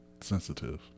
sensitive